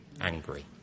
angry